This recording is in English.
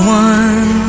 one